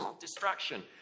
Distraction